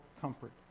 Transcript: comfort